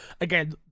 Again